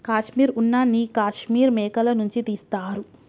కాశ్మీర్ ఉన్న నీ కాశ్మీర్ మేకల నుంచి తీస్తారు